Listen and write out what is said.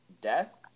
death